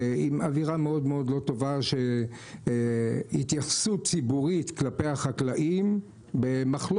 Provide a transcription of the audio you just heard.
עם אווירה מאוד לא טובה של התייחסות ציבורית כלפי החקלאים במחלוקת